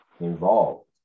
involved